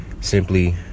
simply